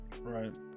Right